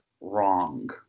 wrong